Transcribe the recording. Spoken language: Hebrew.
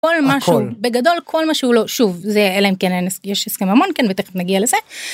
כל משהו בגדול כל משהו לא שוב זה אלא אם כן יש הסכם ממון כן תיכף נגיע לזה.